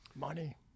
money